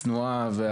הצנועה.